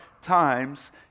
times